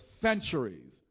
centuries